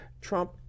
Trump